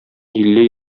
илле